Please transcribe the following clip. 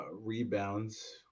rebounds